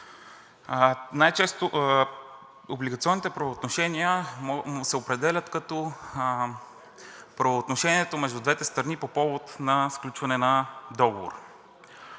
Най-често облигационните правоотношения се определят като правоотношението между двете страни по повод на сключване на договор.